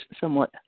somewhat